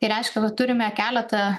ir reiškia kad turime keletą